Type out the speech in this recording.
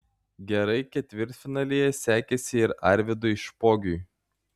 gerai ketvirtfinalyje sekėsi ir arvydui špogiui